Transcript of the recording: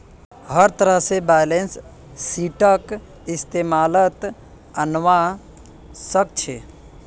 हर तरह से बैलेंस शीटक इस्तेमालत अनवा सक छी